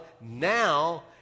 now